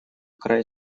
край